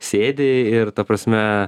sėdi ir ta prasme